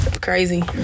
crazy